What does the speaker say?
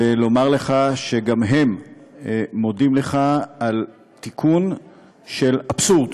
ולומר לך שגם הם מודים לך על תיקון של אבסורד.